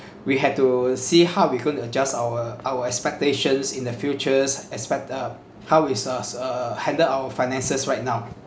we had to see how we going to adjust our our expectations in the futures expect uh how is us uh handle our finances right now